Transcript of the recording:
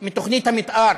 מתוכנית המתאר